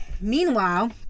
Meanwhile